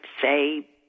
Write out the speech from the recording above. say